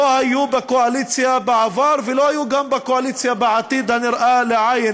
לא היו בקואליציה בעבר וגם לא יהיו בקואליציה בעתיד הנראה לעין,